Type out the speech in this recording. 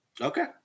Okay